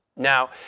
Now